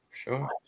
Sure